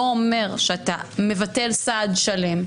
לא אומר שאתה מבטל סעד שלם,